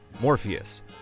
Morpheus